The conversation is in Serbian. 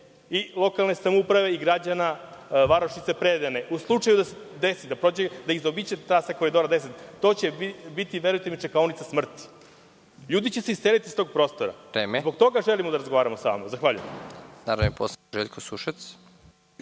i lokalne samouprave i građana varošice Predejene. U slučaju da se desi da prođe, da ih zaobiđe trasa Koridora 10, to će biti, verujte čekaonica smrti. Ljudi će se iseliti iz tog prostora. Zbog toga želim da razgovaramo sa vama. Zahvaljujem.